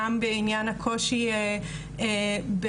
גם בעניין הקושי בשיתוף,